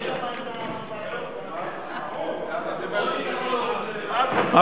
במקום שבעלי תשובה עומדים,